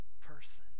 person